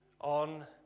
on